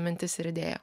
mintis ir idėja